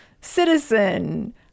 citizen